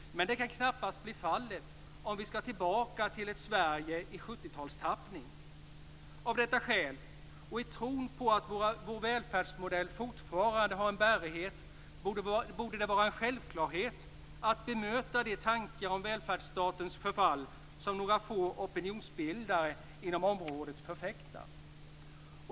Men det kan knappast bli fallet om vi skall tillbaka till ett Sverige i 70 Av detta skäl och i tron att vår välfärdsmodell fortfarande har en bärighet borde det vara en självklarhet att bemöta de tankar om välfärdsstatens förfall som några få opinionsbildare inom området förfäktar.